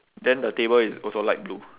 then the table is also light blue